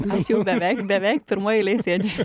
aš jau beveik beveik pirmoj eilėj sėdžiu